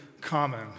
common